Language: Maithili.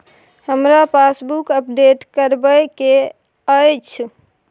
हमरा पासबुक अपडेट करैबे के अएछ?